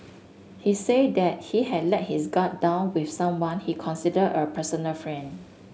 he said that he had let his guard down with someone he considered a personal friend